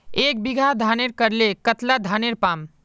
एक बीघा धानेर करले कतला धानेर पाम?